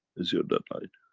is your deadline.